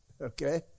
okay